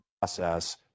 process